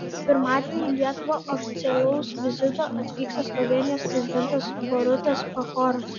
pirmadienį į lietuvą oficialaus vizito atvyksta slovėnijos prezidentas borutas pahoras